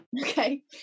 Okay